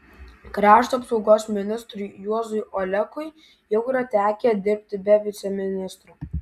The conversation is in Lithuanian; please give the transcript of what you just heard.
krašto apsaugos ministrui juozui olekui jau yra tekę dirbti be viceministrų